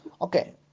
okay